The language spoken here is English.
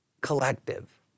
collective